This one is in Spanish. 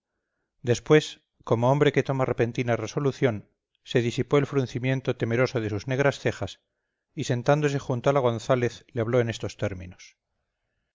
después como hombre que toma repentina resolución se disipó el fruncimiento temeroso de sus negras cejas y sentándose junto a la gonzález le habló en estos términos